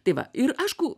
tai va ir aišku